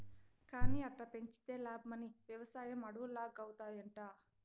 కానీ అట్టా పెంచితే లాబ్మని, వెవసాయం అడవుల్లాగౌతాయంట